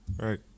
Right